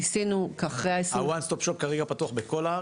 ניסינו --- ה-ONE STOP SHOP פתוח כרגע בכל הארץ?